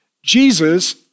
Jesus